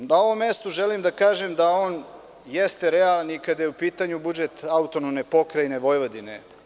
Na ovom mestu želim da kažem da on jeste realan i kada je u pitanju budžet AP Vojvodine.